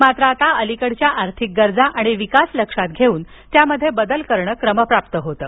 मात्र आता अलीकडच्या आर्थिक गरजा आणि विकास लक्षात घेऊन त्यामध्ये बदल करणं क्रमप्राप्त बनलं होतं